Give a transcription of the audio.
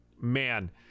Man